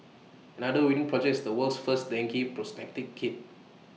another winning project is the world's first dengue prognostic kit